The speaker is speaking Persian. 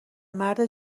مرد